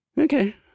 Okay